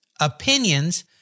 opinions